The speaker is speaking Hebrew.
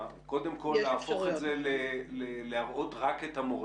קודם כל להפוך את זה להראות רק את המורה.